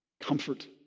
comfort